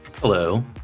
Hello